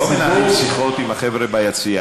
לא מנהלים שיחות עם החבר'ה ביציע.